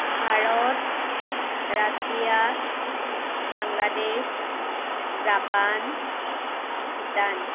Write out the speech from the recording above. Bharat Russia Bangladesh Japan Bhutan